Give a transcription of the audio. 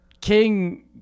King